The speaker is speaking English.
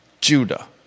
Judah